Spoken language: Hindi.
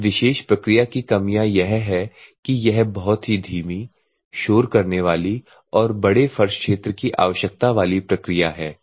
इस विशेष प्रक्रिया की कमियां यह है कि यह बहुत धीमी शोर करने वाली और बड़े फर्श क्षेत्र की आवश्यकता वाली प्रक्रिया है